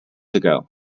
ago